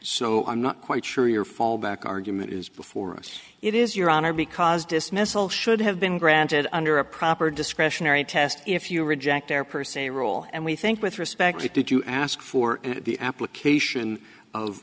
so i'm not quite sure your fallback argument is before us it is your honor because dismissal should have been granted under a proper discretionary test if you reject their per se rule and we think with respect to did you ask for the application of